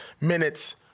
minutes-